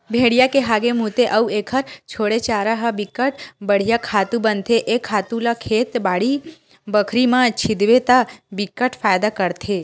भेड़िया के हागे, मूते अउ एखर छोड़े चारा ह बिकट बड़िहा खातू बनथे ए खातू ल खेत, बाड़ी बखरी म छितबे त बिकट फायदा करथे